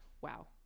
Wow